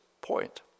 point